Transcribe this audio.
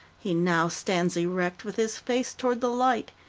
he now stands erect, with his face toward the light.